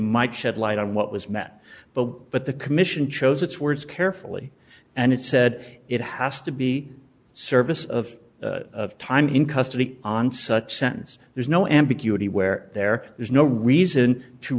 might shed light on what was met but but the commission chose its words carefully and it said it has to be service of time in custody on such sentence there's no ambiguity where there is no reason to